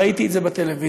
ראיתי את זה בטלוויזיה,